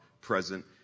present